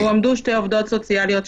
הועמדו שתי עובדות סוציאליות,